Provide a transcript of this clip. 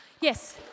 Yes